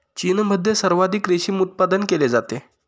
चीनमध्ये सर्वाधिक रेशीम उत्पादन केले जाते